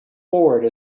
forward